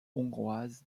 hongroise